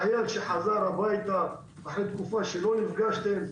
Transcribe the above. חייל שחזר הביתה אחרי תקופה שלא נפגשתם.